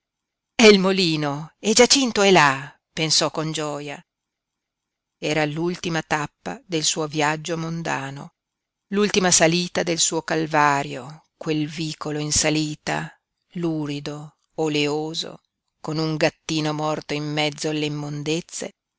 è il molino e giacinto è là pensò con gioia era l'ultima tappa del suo viaggio mondano l'ultima salita del suo calvario quel vicolo in salita lurido oleoso con un gattino morto in mezzo